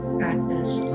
practice